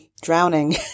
drowning